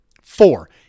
Four